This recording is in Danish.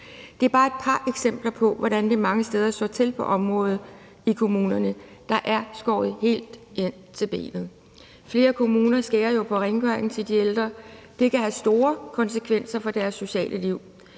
Det er bare et par eksempler på, hvordan det mange steder står til på området i kommunerne. Der er skåret helt ind til benet. Flere kommuner skærer jo ned på rengøringen til de ældre. Det kan have store konsekvenser for deres sociale liv.